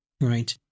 right